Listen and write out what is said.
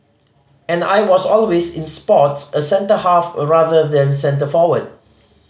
and I was always in sports a centre half rather than centre forward